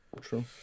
True